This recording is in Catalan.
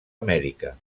amèrica